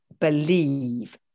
believe